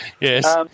Yes